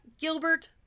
Gilbert